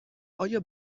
آیا